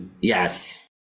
yes